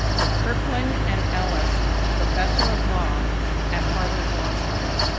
the kirkland and ellis professor of law at harvard law school.